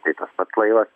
tai tas pats laivas